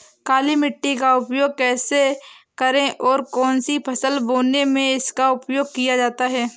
काली मिट्टी का उपयोग कैसे करें और कौन सी फसल बोने में इसका उपयोग किया जाता है?